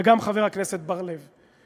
וגם חבר הכנסת בר-לב,